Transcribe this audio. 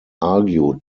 argued